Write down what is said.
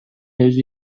өзү